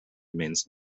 means